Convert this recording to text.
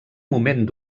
moment